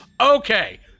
Okay